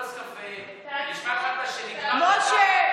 עם כל הפיליבסטר, נשב על כוס קפה, נשמע, משה,